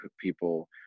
people